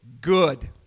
good